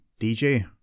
DJ